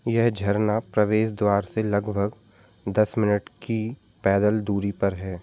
यह झरना प्रवेश द्वार से लगभग दस मिनट की पैदल दूरी पर है